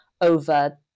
over